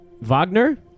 Wagner